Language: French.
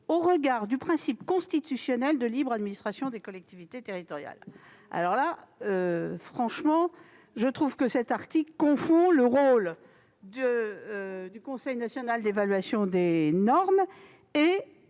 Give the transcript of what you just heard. au regard du principe constitutionnel de libre administration des collectivités territoriales. Il me semble que cet article confond le rôle du Conseil national d'évaluation des normes et